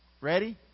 Ready